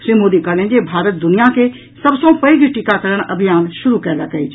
श्री मोदी कहलनि जे भारत दुनिया के सभ सँ पैघ टीकाकरण अभियान शुरू कयलक अछि